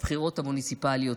בבחירות המוניציפליות,